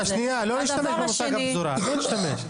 לא להשתמש במושג פזורה, יש מושג אחר.